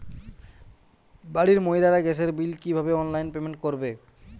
বাড়ির মহিলারা গ্যাসের বিল কি ভাবে অনলাইন পেমেন্ট করবে?